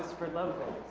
for low goals